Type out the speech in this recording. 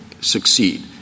succeed